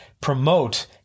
promote